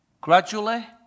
gradually